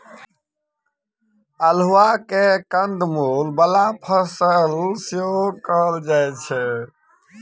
अल्हुआ केँ कंद मुल बला फसल सेहो कहल जाइ छै